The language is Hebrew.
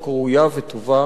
שמקדמת שוויון,